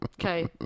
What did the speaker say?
Okay